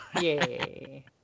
Yay